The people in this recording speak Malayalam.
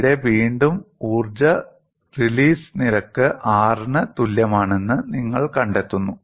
അവിടെ വീണ്ടും ഊർജ്ജ റിലീസ് നിരക്ക് R ന് തുല്യമാണെന്ന് നിങ്ങൾ കണ്ടെത്തുന്നു